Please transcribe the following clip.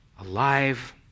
alive